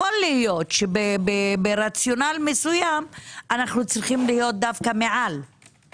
יכול להיות שברציונל מסוים אנו צריכים להיות מעל